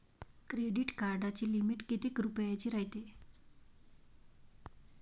Credit कार्डाची limit कितीक रुपयाची रायते?